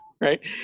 Right